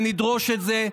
נדרוש את זה.